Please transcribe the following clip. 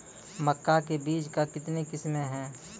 मक्का के बीज का कितने किसमें हैं?